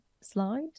slide